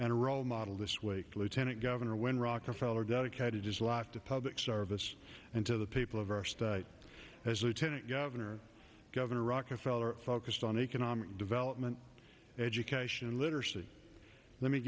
and a role model this week lieutenant governor when rockefeller dedicated his life to public service and to the people of his lieutenant governor governor rockefeller focused on economic development education and literacy let me